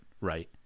right